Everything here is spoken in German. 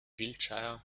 wiltshire